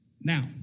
Now